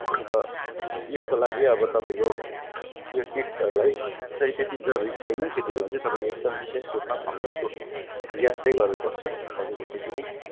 अन्त यसको लागि अब तपाईँको यो किटहरूलाई चाहिँ त्यति जरुरी छैन त्यति बेला चाहिँ तपाईँको एकदम विशेष रूपमा फङ्गसको याद चाहिँ गर्नु पर्छ तपाईँको त्यति नै